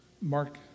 Mark